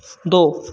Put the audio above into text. दो